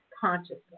consciousness